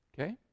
Okay